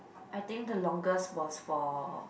I think the longest was for